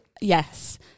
Yes